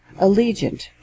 Allegiant